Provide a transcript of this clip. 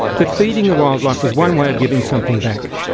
that feeding the wildlife was one way of giving something back,